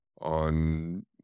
on